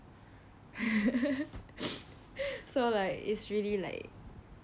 so like it's really like